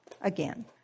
again